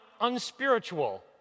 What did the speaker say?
unspiritual